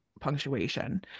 punctuation